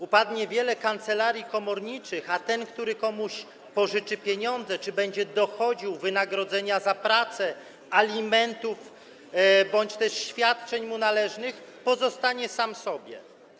Upadnie wiele kancelarii komorniczych, a ten, kto komuś pożyczy pieniądze czy będzie dochodził wynagrodzenia za pracę, alimentów bądź też świadczeń mu należnych, zostanie pozostawiony sam sobie.